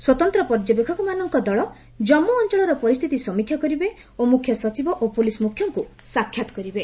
ସ୍ୱତନ୍ତ୍ର ପର୍ଯ୍ୟବେକ୍ଷକମାନଙ୍କ ଦଳ ଜାମ୍ମୁ ଅଞ୍ଚଳର ପରିସ୍ଥିତିର ସମୀକ୍ଷା କରିବେ ଓ ମୁଖ୍ୟ ସଚିବ ଓ ପୋଲିସ ମୁଖ୍ୟଙ୍କୁ ସାକ୍ଷାତ କରିବେ